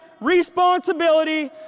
responsibility